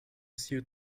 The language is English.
suit